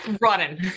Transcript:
running